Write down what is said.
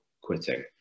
quitting